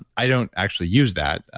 i don't actually use that,